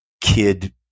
kid